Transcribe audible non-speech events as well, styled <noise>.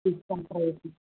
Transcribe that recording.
<unintelligible>